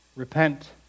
Repent